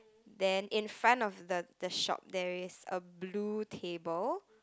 then in front of the the shop there is a blue table